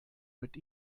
mit